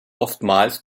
oftmals